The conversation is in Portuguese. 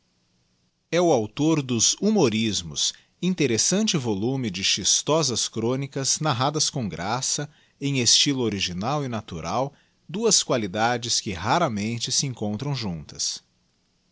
e o auctor dos humorismos interessante volume de chistosas chronicas narradas com graça em estylo original e natural duas qualidades que raramente se encontram juntas